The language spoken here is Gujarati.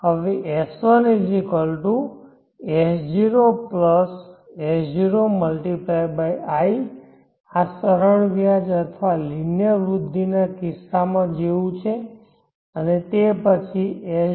હવે S1 S0S0×i આ સરળ વ્યાજ અથવા લિનિયર વૃદ્ધિના કિસ્સામાં જેવું છે અને તે પછી S0×1 i